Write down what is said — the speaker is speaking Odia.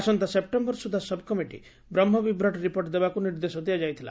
ଆସନ୍ତା ସେପ୍ରେମ୍ଟର ସୁଦ୍ଧା ସବକମିଟି ବ୍ରହ୍କ ବିଭ୍ରାଟ ରିପୋର୍ଟ ଦେବାକୁ ନିର୍ଦ୍ଦେଶ ଦିଆଯାଇଥିଲା